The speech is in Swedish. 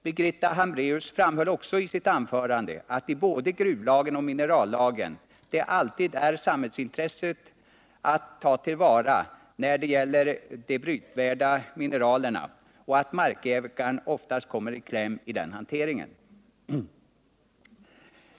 Birgitta Hambraeus framhöll också i sitt anförande att i både gruvlagen och minerallagen det alltid är samhällsintresset av att ta till vara den brytvärda mineralen som blir dominerande och att markägaren oftast kommer i kläm i den hanteringen.